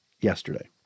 yesterday